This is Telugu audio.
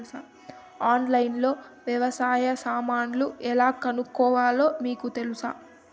ఆన్లైన్లో లో వ్యవసాయ సామాన్లు ఎలా కొనుక్కోవాలో మీకు తెలుసా?